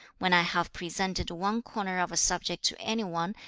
when i have presented one corner of a subject to any one,